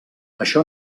això